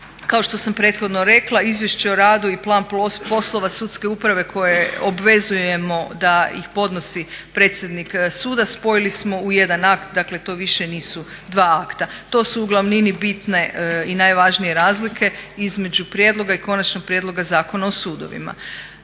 Kao što sam prethodno rekla, izvješće o radu i plan poslova sudske uprave koje obvezujemo da ih podnosi predsjednik suda spojili smo u jedan akt, dakle to više nisu dva akta. To su u glavnini bitne i najvažnije razlike između prijedloga i konačnog prijedloga Zakona o sudovima.